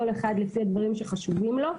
כל אחד לפי הדברים שחשובים לו.